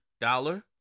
dollar